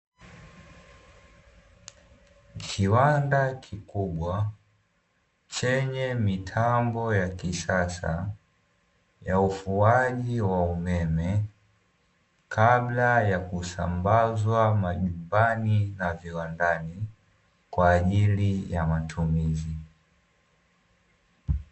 Kiwanda kikubwa chenye mitambo ya kisasa ya ufuaji wa umeme, kabla ya kusambazwa majumbani na viwandani kwa ajili ya matumizi.